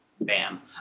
bam